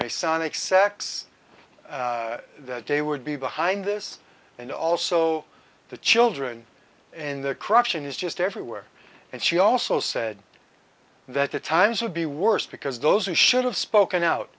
may sonic sex that day would be behind this and also the children in the corruption is just everywhere and she also said that the times would be worse because those who should have spoken out